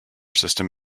system